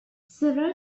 several